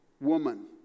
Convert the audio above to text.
woman